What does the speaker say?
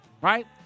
right